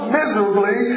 miserably